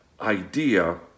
idea